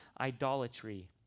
idolatry